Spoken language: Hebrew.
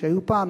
שהיו פעם,